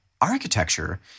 architecture